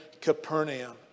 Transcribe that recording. Capernaum